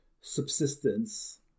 subsistence